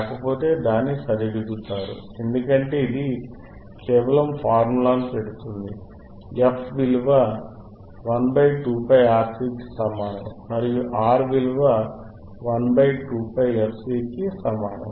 కాకపోతే మీరు దాన్ని సరిదిద్దుతారు ఎందుకంటే ఇది కేవలం ఫార్ములాను పెడుతుంది f విలువ 1 2πRC కి సమానం మరియు R విలువ 12πfC కి సమానం